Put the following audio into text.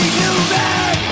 human